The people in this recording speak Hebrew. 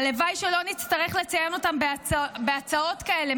הלוואי שלא נצטרך לציין אותם בהצעות כאלה,